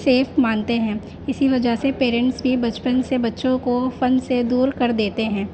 safe مانتے ہیں اسی وجہ سے پیرنٹس بھی بچپن سے بچوں کو فن سے دور کر دیتے ہیں